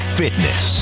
fitness